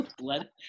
let